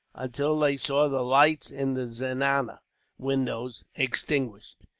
until they saw the lights in the zenana windows extinguished.